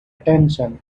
attention